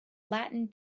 latin